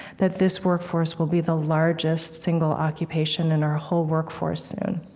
that this workforce will be the largest single occupation in our whole workforce, soon.